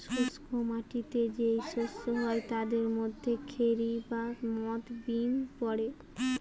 শুষ্ক মাটিতে যেই শস্য হয় তাদের মধ্যে খেরি বা মথ বিন পড়ে